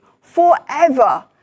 forever